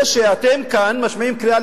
זה שאתם כאן משמיעים קריאה,